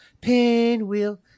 pinwheel